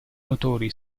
motori